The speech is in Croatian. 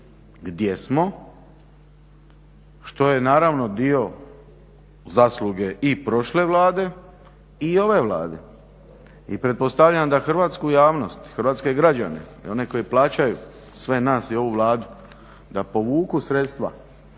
gdje smo, što je dio zasluge i prošle vlade i ove Vlade. I pretpostavljam da hrvatsku javnost i hrvatske građane i one koji plaćaju sve nas i ovu Vladu da povuku sredstva